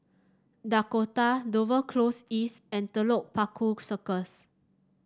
Dakota Dover Close East and Telok Paku Circus